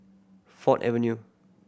Ford Avenue